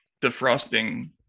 defrosting